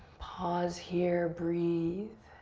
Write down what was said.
pause here, breathe.